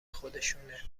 خودشونه